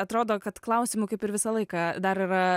atrodo kad klausimų kaip ir visą laiką dar yra